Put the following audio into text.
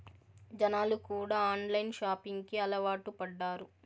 జనాలు కూడా online shopping కి అలవాటు పడ్డారు